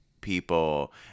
people